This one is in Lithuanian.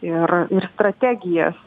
ir ir strategijas